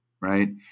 right